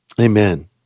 amen